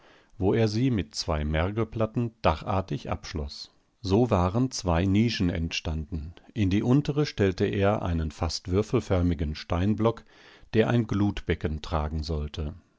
wo er sie mit zwei mergelplatten dachartig abschloß so waren zwei nischen entstanden in die untere stellte er einen fast würfelförmigen steinblock der ein glutbecken tragen sollte